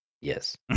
Yes